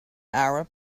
arab